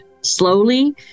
slowly